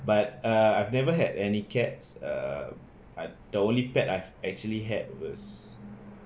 but uh I've never had any cats uh the only pet I've actually had was